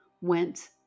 went